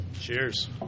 Cheers